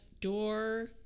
door